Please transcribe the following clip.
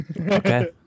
Okay